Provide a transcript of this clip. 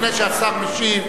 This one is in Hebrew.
לפני שהשר משיב,